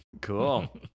cool